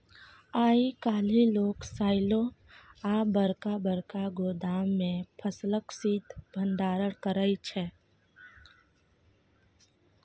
आइ काल्हि लोक साइलो आ बरका बरका गोदाम मे फसलक शीत भंडारण करै छै